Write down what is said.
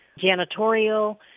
janitorial